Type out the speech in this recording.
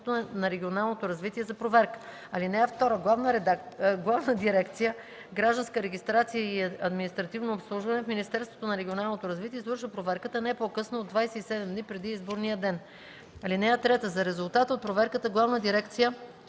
(2) Главна дирекция „Гражданска регистрация и административно обслужване” в Министерството на регионалното развитие извършва проверката не по-късно от 27 дни преди изборния ден. (3) За резултата от проверката Главна дирекция